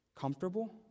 Comfortable